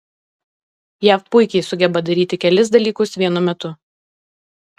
jav puikiai sugeba daryti kelis dalykus vienu metu